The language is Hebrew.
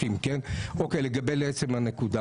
לגבי עצם הנקודה